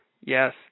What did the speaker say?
Yes